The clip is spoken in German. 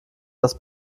das